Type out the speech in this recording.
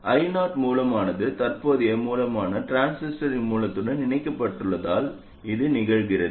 I00 மூலமானது தற்போதைய மூலமானது டிரான்சிஸ்டரின் மூலத்துடன் இணைக்கப்பட்டுள்ளதால் இது நிகழ்கிறது